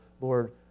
Lord